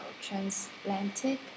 Transatlantic